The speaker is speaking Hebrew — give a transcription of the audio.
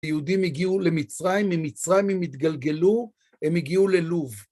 יהודים הגיעו למצרים, ממצרים הם התגלגלו, הם הגיעו ללוב.